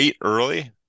early